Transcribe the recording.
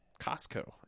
Costco